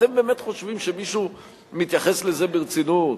אתם באמת חושבים שמישהו מתייחס לזה ברצינות?